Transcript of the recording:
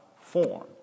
form